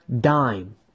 dime